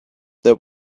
there